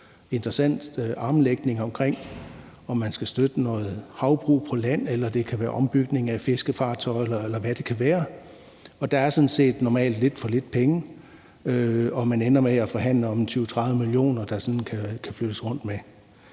interessant armlægning om, om man skal støtte noget havbrug på land eller ombygning af fiskefartøjer, eller hvad det kan være. Der er sådan set normalt lidt for lidt penge, og man ender med at forhandle om 20-30 mio. kr., der sådan kan flyttes rundt med.